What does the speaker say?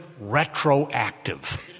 retroactive